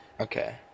Okay